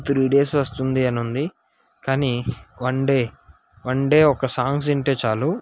three days వస్తుంది అని ఉంది కానీ వన్ డే వన్ డే ఒక సాంగ్స్ వింటే చాలు